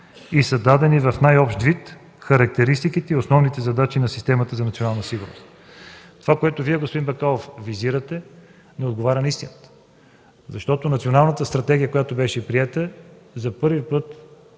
и са дадени в най-общ вид характеристиките и основните задачи на системата за национална сигурност. Това, което Вие, господин Бакалов, визирате, не отговаря на истината, защото в Националната стратегия, която беше приета, за първи път